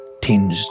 tinged